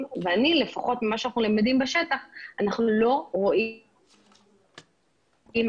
וממה שאנחנו למדים בשטח לפחות אני למדה אנחנו